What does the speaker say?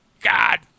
God